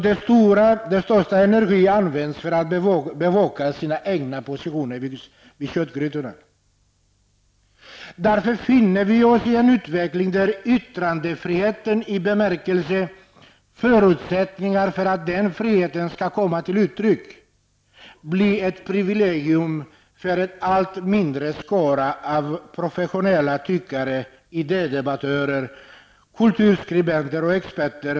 Den mesta energin används för att bevaka sina egna positioner vid köttgrytorna. Därför finner vi oss i en utveckling som innebär att förutsättningarna för att yttrandefriheten skall komma till uttryck blir ett privilegium för en allt mindre skara professionella tyckare, idédebattörer, kulturskribenter och experter.